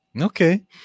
okay